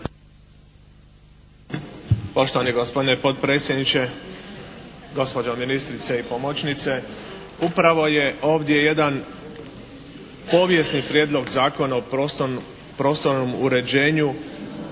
Poštovani gospodine potpredsjedniče, gospođo ministrice i pomoćnice. Upravo je ovdje jedan povijesni Prijedlog zakona o prostornom uređenju